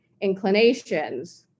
inclinations